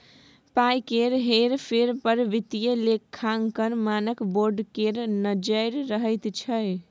पाय केर हेर फेर पर वित्तीय लेखांकन मानक बोर्ड केर नजैर रहैत छै